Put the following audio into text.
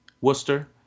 Worcester